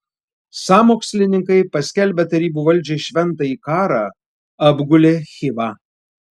sąmokslininkai paskelbę tarybų valdžiai šventąjį karą apgulė chivą